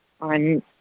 on